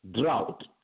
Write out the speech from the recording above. drought